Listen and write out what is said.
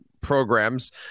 programs